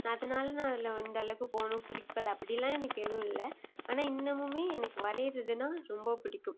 அதனால நான் இந்த அளவுக்கு போகணும் குறிக்கோள் அப்படிலாம் எனக்கு எதுவும் இல்லை ஆனால் இன்னமுமே எனக்கு வரையிறதுனா ரொம்ப பிடிக்கும்